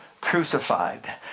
crucified